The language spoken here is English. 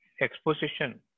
exposition